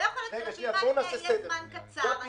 לא יכול להיות שלפעימה השנייה יהיה זמן קצר --- בואו נעשה סדר.